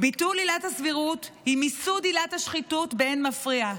ביטול עילת הסבירות היא מיסוד עילת השחיתות באין מפריע.